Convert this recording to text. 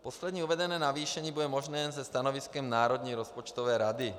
Poslední uvedené navýšení bude možné se stanoviskem Národní rozpočtové rady.